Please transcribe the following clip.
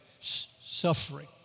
suffering